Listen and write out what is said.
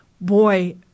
boy